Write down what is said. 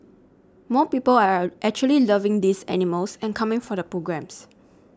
more people are a actually loving these animals and coming for the programmes